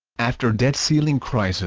after debt-ceiling crisis